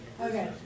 Okay